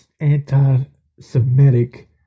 anti-Semitic